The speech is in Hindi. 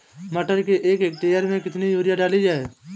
मटर के एक हेक्टेयर में कितनी यूरिया डाली जाए?